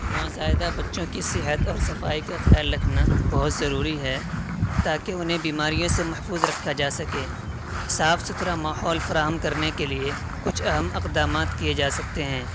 نو زائیدہ بچوں کی صحت اور صفائی کا خیال رکھنا بہت ضروری ہے تاکہ انہیں بیماریوں سے محفوظ رکھا جا سکے صاف ستھرا ماحول فراہم کرنے کے لیے کچھ اہم اقدامات کئے جا سکتے ہیں